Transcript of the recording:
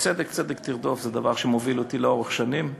שצדק צדק תרדוף זה דבר שמוביל אותי לאורך שנים.